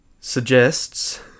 Suggests